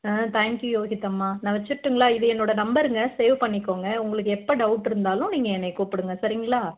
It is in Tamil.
ம் தேங்க்யூ யோகித் அம்மா நான் வச்சிட்டுங்களா இது என்னோடய நம்பருங்க சேவ் பண்ணிக்கோங்க உங்களுக்கு எப்போ டவுட் இருந்தாலும் நீங்கள் என்னை கூப்பிடுங்க சரிங்களா